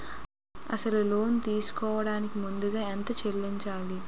అసలు లోన్ తీసుకోడానికి ముందుగా ఎంత చెల్లించాలి?